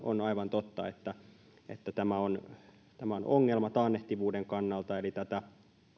on aivan totta että että tämä on ongelma taannehtivuuden kannalta eli tätä